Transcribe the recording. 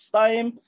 time